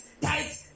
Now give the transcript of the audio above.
tight